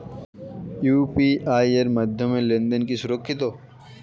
UPI এর মাধ্যমে লেনদেন কি সুরক্ষিত?